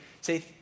say